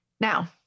Now